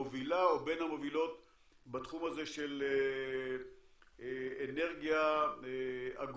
מובילה או בין המובילות בתחום הזה של אנרגיה אגורה.